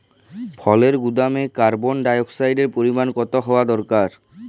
ফলের গুদামে কার্বন ডাই অক্সাইডের পরিমাণ কত হওয়া দরকার?